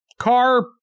Car